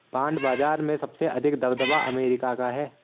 bond बाजार में सबसे अधिक दबदबा अमेरिका का है